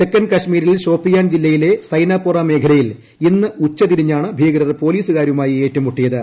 തെക്കൻ കശ്മീരിൽ ഷോപ്പിയാൻ ജില്ലയിലെ സൈനാപോറ മേഖലയിൽ ഇന്ന് ഉച്ചതിരിഞ്ഞാണ് ഭീകരർ പോലീസുകാരുമായി ഏറ്റുമുട്ടിയത്